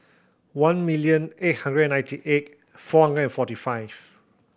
one million eight hundred and ninety eight four hundred and forty five